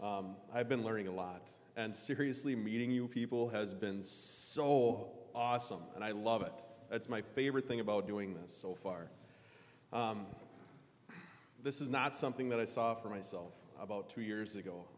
process i've been learning a lot and seriously meeting new people has been so awesome and i love it that's my favorite thing about doing this so far this is not something that i saw for myself about two years ago